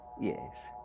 Yes